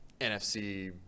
NFC